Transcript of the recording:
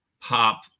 pop